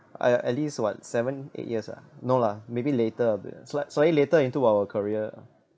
uh at least what seven eight years ah no lah maybe later a bit slight slightly later into our career